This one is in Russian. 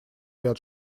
ряд